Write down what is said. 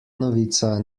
novica